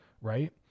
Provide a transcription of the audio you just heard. right